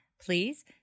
Please